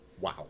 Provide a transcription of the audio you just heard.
Wow